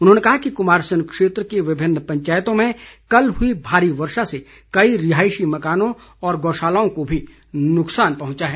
उन्होंने कहा कि कुमारसेन क्षेत्र की विभिन्न पंचायतों में कल हुई भारी वर्षा से कई रिहायशी मकानों और गौशालाओं को भी नुकसान पहुंचा है